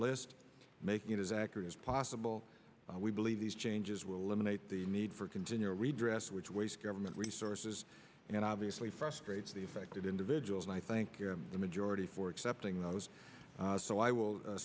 list making it as accurate as possible we believe these changes will eliminate the need for continual redress which wastes government resources and obviously frustrates the affected individuals i think the majority for accepting those so i will